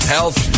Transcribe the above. Health